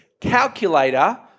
calculator